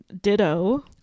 Ditto